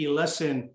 lesson